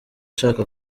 ashaka